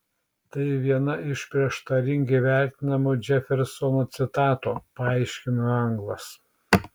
tai viena iš prieštaringai vertinamų džefersono citatų paaiškino anglas